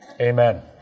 Amen